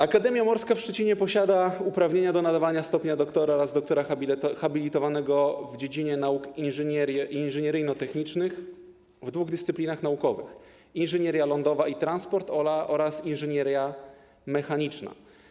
Akademia Morska w Szczecinie posiada uprawnienia do nadawania stopnia doktora oraz doktora habilitowanego w dziedzinie nauk inżynieryjno-technicznych, w dwóch dyscyplinach naukowych: inżynieria lądowa i transport oraz inżynieria mechaniczna.